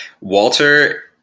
Walter